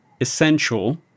essential